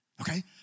okay